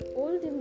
old